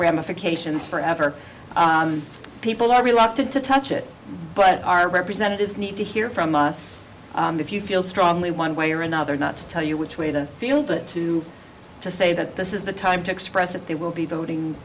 ramifications for ever people are reluctant to touch it but our representatives need to hear from us if you feel strongly one way or another not to tell you which way they feel that to to say that this is the time to express that they will be voting